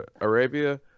arabia